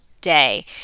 day